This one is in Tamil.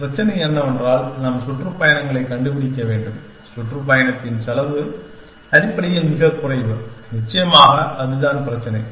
பிரச்சனை என்னவென்றால் நாம் சுற்றுப்பயணங்களைக் கண்டுபிடிக்க வேண்டும் சுற்றுப்பயணத்தின் செலவு அடிப்படையில் மிகக் குறைவு நிச்சயமாக அதுதான் பிரச்சினை